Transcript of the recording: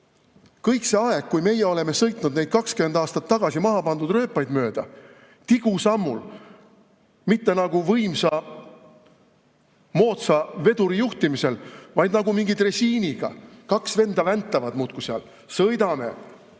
kõik see aeg me oleme sõitnud neid 20 aastat tagasi maha pandud rööpaid mööda, ja tigusammul, mitte nagu võimsa moodsa veduri eestvedamisel, vaid nagu mingi dresiiniga. Kaks venda väntavad muudkui seal, sõidame